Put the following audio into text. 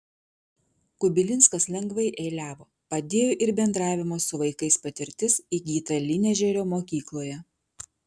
kubilinskas lengvai eiliavo padėjo ir bendravimo su vaikais patirtis įgyta lynežerio mokykloje